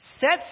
sets